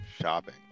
shopping